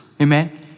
Amen